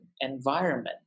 environment